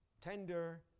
tender